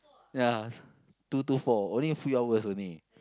ya two to four only a few hours only